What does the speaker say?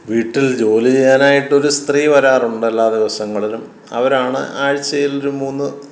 വീട്ടിൽ ജോലി ചെയ്യാനായിട്ടൊരു സ്ത്രീ വരാറുണ്ടെല്ലാ ദിവസങ്ങളിലും അവരാണ് ആഴ്ചയിലൊരു മൂന്ന്